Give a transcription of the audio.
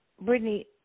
Brittany